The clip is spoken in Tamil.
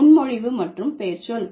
முன்மொழிவு மற்றும் பெயர்ச்சொல்